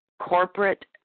corporate